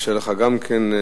נאפשר לך גם כן,